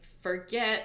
forget